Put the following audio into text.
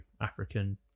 african